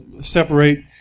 separate